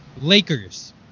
Lakers